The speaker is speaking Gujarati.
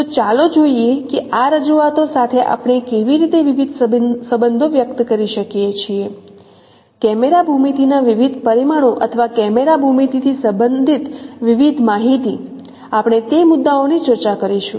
તો ચાલો જોઈએ કે આ રજૂઆતો સાથે આપણે કેવી રીતે વિવિધ સંબંધો વ્યક્ત કરી શકીએ છીએ કેમેરા ભૂમિતિના વિવિધ પરિમાણો અથવા કેમેરા ભૂમિતિથી સંબંધિત વિવિધ માહિતી આપણે તે મુદ્દાઓની ચર્ચા કરીશું